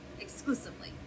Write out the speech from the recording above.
exclusively